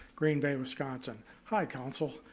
green bay, wisconsin. hi, council.